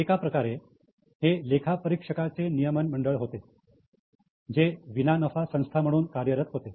एका प्रकारे हे लेखा परीक्षकांचे नियमन मंडळ होते जे विना नफा संस्था म्हणून कार्यरत होते